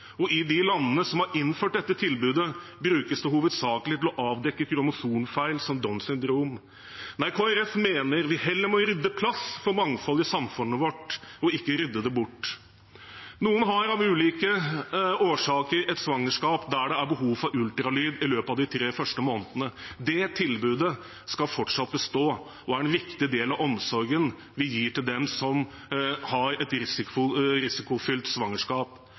og i de landene som har innført dette tilbudet, brukes det hovedsakelig til å avdekke kromosomfeil som Downs syndrom. Kristelig Folkeparti mener vi heller må rydde plass for mangfold i samfunnet vårt og ikke rydde det bort. Noen har av ulike årsaker et svangerskap der det er behov for ultralyd i løpet av de tre første månedene. Det tilbudet skal fortsatt bestå og er en viktig del av omsorgen vi gir til dem som har et risikofylt svangerskap.